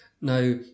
Now